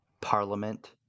parliament